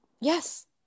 Yes